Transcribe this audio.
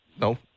no